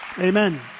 Amen